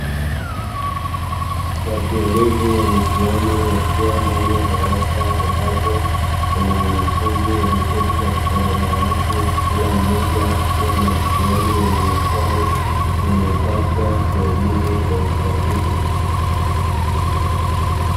Wasimamizi wa mitihani wakiwa ndani ya darasa ambapo kuna wanafunzi wameketi katika madawati kila mmoja akiwa na mtihani wenye maswali anayopaswa kuyajibu Kwa usahihi.